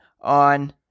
on